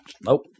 Nope